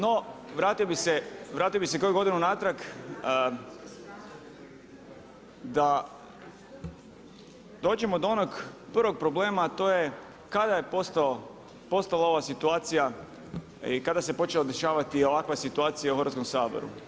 No, vratio bih se koju godinu unatrag, da dođemo do onog prvog problema a to je kada je postala ova situacija i kada se počela dešavati ovakva situacija u Hrvatskom saboru?